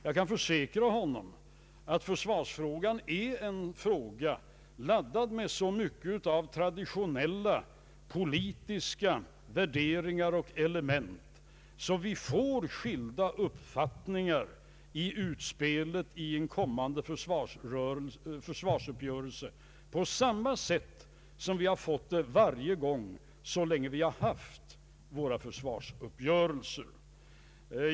Jag kan försäkra honom att försvarsfrågan är laddad med så mycket av traditionella politiska värderingar och element att vi kommer att ha skilda uppfattningar i utspelet till en kommande försvarsuppgörelse på samma sätt som vi haft vid alla tidigare försvarsuppgörelser.